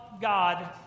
God